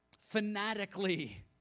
fanatically